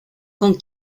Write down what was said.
con